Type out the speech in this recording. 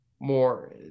more